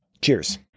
Cheers